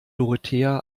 dorothea